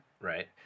Right